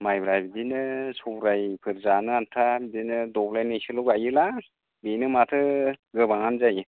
मायब्राया बिदिनो सौराइफोर जानो आन्था बिदिनो दब्सायनैसोल' गायोलां बेनो माथो गोबाङानो जायो